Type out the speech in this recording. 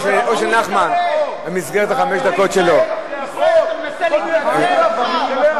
ישראל, אתה מנסה להתנצל עכשיו?